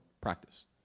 practice